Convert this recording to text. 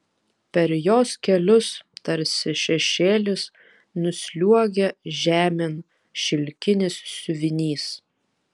per jos kelius tarsi šešėlis nusliuogia žemėn šilkinis siuvinys